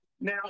Now